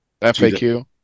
FAQ